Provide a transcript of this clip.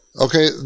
Okay